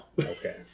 Okay